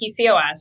PCOS